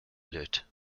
lute